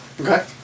okay